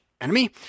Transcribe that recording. enemy